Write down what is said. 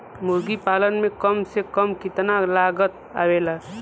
मुर्गी पालन में कम से कम कितना लागत आवेला?